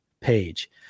page